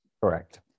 Correct